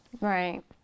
Right